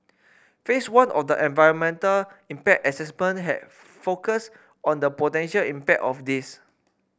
phase one of the environmental impact assessment have focused on the potential impact of this